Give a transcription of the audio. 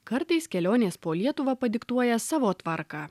kartais kelionės po lietuvą padiktuoja savo tvarką